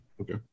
Okay